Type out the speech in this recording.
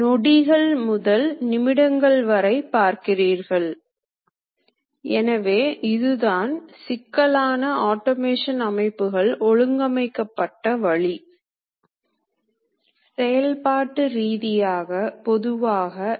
motor ஆனது milling செயலில் கருவியை சுழற்றுகிறது அல்லது ஒர்க்பீஸை சுழற்றுகிறது டர்நிங் செயலில் சக் ஐ சுழற்றுகிறது